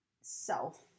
self